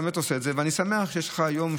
אני אמרתי את זה קודם,